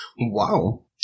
Wow